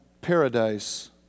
paradise